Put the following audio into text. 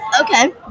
Okay